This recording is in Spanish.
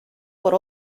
por